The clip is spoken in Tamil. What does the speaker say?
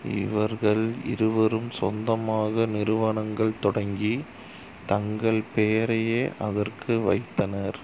இவர்கள் இருவரும் சொந்தமாக நிறுவனங்கள் தொடங்கி தங்கள் பெயரையே அதற்கு வைத்தனர்